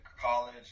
college